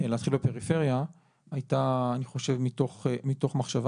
להתחיל בפריפריה היה אני חושב מתוך מחשבה